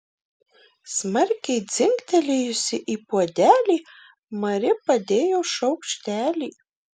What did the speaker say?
smarkiai dzingtelėjusi į puodelį mari padėjo šaukštelį